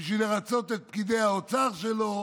בשביל לרצות את פקידי האוצר שלו,